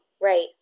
Right